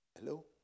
Hello